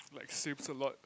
like Sims a lot